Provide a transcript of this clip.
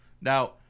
Now